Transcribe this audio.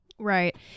Right